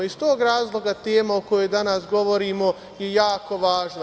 Iz tog razloga tema o kojoj danas govorimo je jako važna.